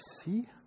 See